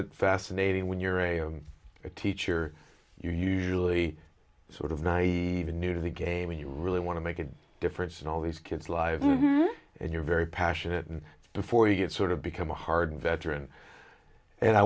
it fascinating when you're a teacher you're usually sort of naive in new to the game and you really want to make a difference in all these kids lives and you're very passionate and before you get sort of become a hardened veteran and i